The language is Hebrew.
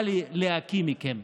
בא לי להקיא מכם.